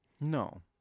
No